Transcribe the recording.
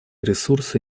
ресурсы